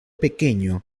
pequeño